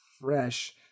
fresh